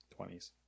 20s